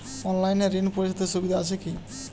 অনলাইনে ঋণ পরিশধের সুবিধা আছে কি?